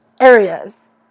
areas